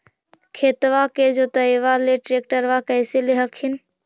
खेतबा के जोतयबा ले ट्रैक्टरबा कैसे ले हखिन?